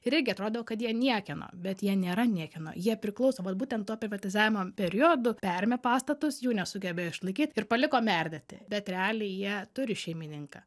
ir irgi atrodo kad jie niekieno bet jie nėra niekieno jie priklauso vat būtent tuo privatizavimo periodu perėmė pastatus jų nesugebėjo išlaikyt ir paliko merdėti bet realiai jie turi šeimininką